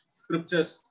scriptures